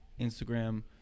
Instagram